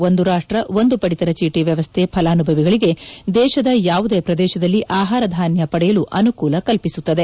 ಒಂದು ರಾಷ್ಟ್ರ ಒಂದು ಪದಿತರ ಚೀಟಿ ವ್ಯವಸ್ದೆ ಫಲಾನುಭವಿಗಳಿಗೆ ದೇಶದ ಯಾವುದೇ ಪ್ರದೇಶದಲ್ಲಿ ಆಹಾರಧಾನ್ಯ ಪಡೆಯಲು ಅನುಕೂಲ ಕಲ್ಪಿಸುತ್ತದೆ